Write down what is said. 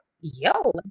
yo